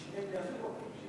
זה הכי מדהים.